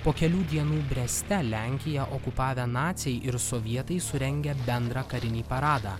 po kelių dienų breste lenkiją okupavę naciai ir sovietai surengia bendrą karinį paradą